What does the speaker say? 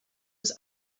was